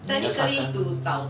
你要三更